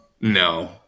no